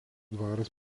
dvaras